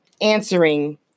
answering